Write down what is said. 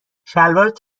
شلوارت